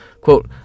Quote